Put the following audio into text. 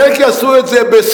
חלק יעשו את זה בשחייה,